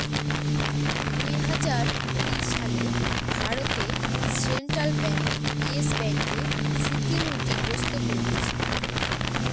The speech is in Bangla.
দুই হাজার কুড়ি সালে ভারতে সেন্ট্রাল ব্যাঙ্ক ইয়েস ব্যাঙ্কে সিকিউরিটি গ্রস্ত করেছিল